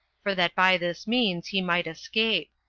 for that by this means he might escape.